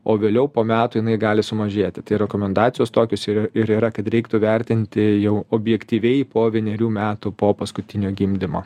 o vėliau po metų jinai gali sumažėti tai rekomendacijos tokios ir yra kad reiktų vertinti jau objektyviai po vienerių metų po paskutinio gimdymo